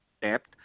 depth